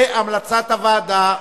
בנוסח הוועדה.